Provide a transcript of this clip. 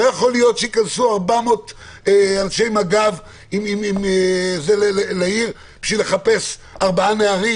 לא יכול להיות שייכנסו 400 אנשי מג"ב לעיר בשביל לחפש 4 נערים.